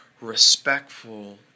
respectful